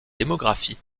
démographie